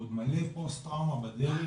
עוד מלא פוסט טראומה בדרך,